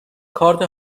کارت